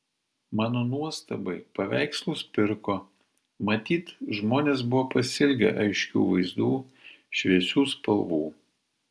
mano nuostabai paveikslus pirko matyt žmonės buvo pasiilgę aiškių vaizdų šviesių spalvų